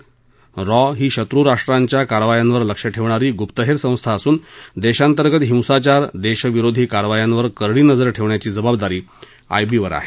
raw ही शत्राष्ट्रांच्या कारवायांवर लक्ष ठेवणारी गुप्तहेर संस्था असून देशांतर्गत हिंसाचार देशविरोधी कारवायांवर करडी नजर ठेवण्याची जबाबदारी आय बी वर आहे